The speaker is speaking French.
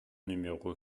numéro